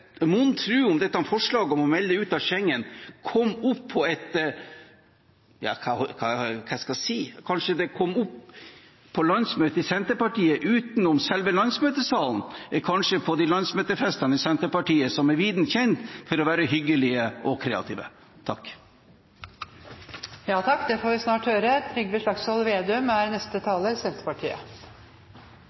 Mon tro om dette forslaget om å melde oss ut av Schengen kom opp – ja, hva skal jeg si – på landsmøtet til Senterpartiet utenom selve landsmøtesalen, kanskje på landsmøtefestene i Senterpartiet, som er viden kjent for å være hyggelige og kreative? Jeg merker meg at Fremskrittspartiet og Høyre tydeligvis synes at Schengen er en kjempesuksess, at det